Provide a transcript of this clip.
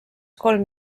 kolm